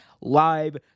live